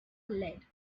lead